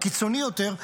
קיצוני יותר,